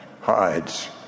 hides